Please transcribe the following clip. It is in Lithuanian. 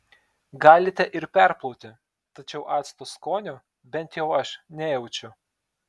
galite ir perplauti tačiau acto skonio bent jau aš nejaučiu